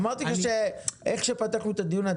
איך שפתחנו את הדיון,